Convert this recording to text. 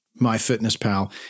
MyFitnessPal